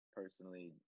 personally